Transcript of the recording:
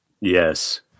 Yes